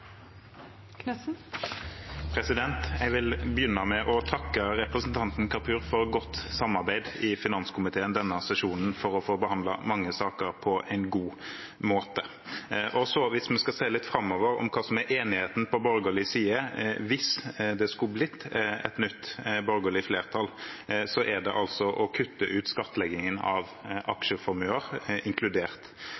godt samarbeid i finanskomiteen denne sesjonen, for å få behandlet mange saker på en god måte. Hvis vi skal se litt framover på hva som er enigheten på borgerlig side – hvis det skulle bli et nytt borgerlig flertall – er det å kutte ut skattleggingen av